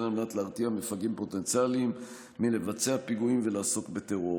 וכן על מנת להרתיע מפגעים פוטנציאליים מלבצע פיגועים ולעסוק בטרור.